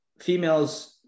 females